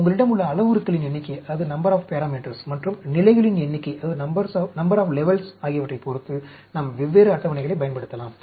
உங்களிடம் உள்ள அளவுருக்கள் எண்ணிக்கை மற்றும் நிலைகளின் எண்ணிக்கையைப் பொறுத்து நாம் வெவ்வேறு அட்டவணைகளைப் பயன்படுத்தலாம்